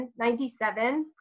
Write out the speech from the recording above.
97%